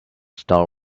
star